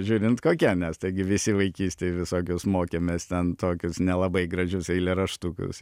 žiūrint kokia nes taigi visi vaikystėj visokius mokėmės ten tokius nelabai gražius eilėraštukus